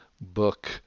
book